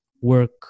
work